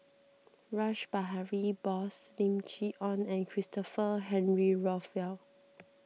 Rash Behari Bose Lim Chee Onn and Christopher Henry Rothwell